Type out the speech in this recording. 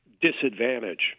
disadvantage